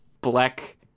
Black